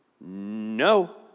no